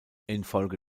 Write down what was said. infolge